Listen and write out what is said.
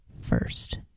first